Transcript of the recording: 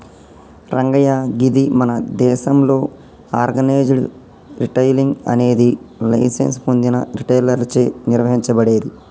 రంగయ్య గీది మన దేసంలో ఆర్గనైజ్డ్ రిటైలింగ్ అనేది లైసెన్స్ పొందిన రిటైలర్లచే నిర్వహించబడేది